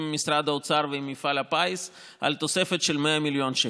עם משרד האוצר ועם מפעל הפיס על תוספת של 100 מיליון שקל.